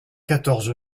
quatorze